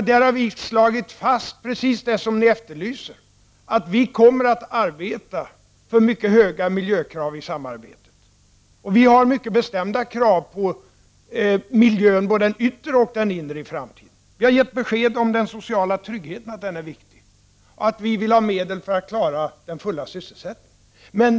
Där har vi slagit fast precis det som ni efterlyser, nämligen att vi kommer att arbeta för mycket höga miljökrav i samarbetet. Vi har mycket bestämda krav på både den yttre och den inre miljön i framtiden. Vi har gett besked om att den sociala tryggheten är viktig för oss, att vi vill ha medel för att klara den fulla sysselsättningen.